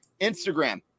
Instagram